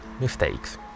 mistakes